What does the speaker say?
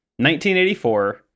1984